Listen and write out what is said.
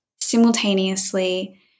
simultaneously